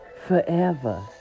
forever